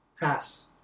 pass